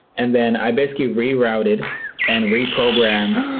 and then i basically rerouted and reprogrammed,